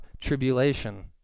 tribulation